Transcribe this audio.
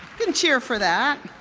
can cheer for that.